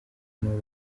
n’uwo